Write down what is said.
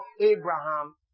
Abraham